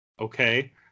okay